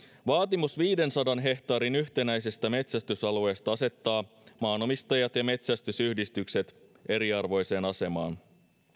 vaatimus viidensadan hehtaarin yhtenäisestä metsästysalueesta asettaa maanomistajat ja metsästysyhdistykset eriarvoiseen asemaan